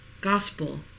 gospel